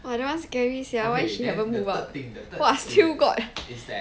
!wah! that one scary sia why she haven't move out !wah! still got